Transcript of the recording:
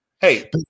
Hey